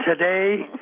today